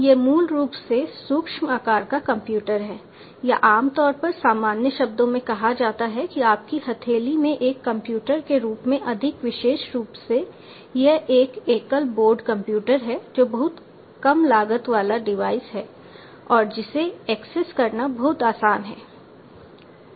यह मूल रूप से सूक्ष्म आकार का कंप्यूटर है या आमतौर पर सामान्य शब्दों में कहा जाता है कि आपकी हथेली में एक कंप्यूटर के रूप में अधिक विशेष रूप से यह एक एकल बोर्ड कंप्यूटर है जो बहुत कम लागत वाला डिवाइस है और जिसे एक्सेस करना बहुत आसान है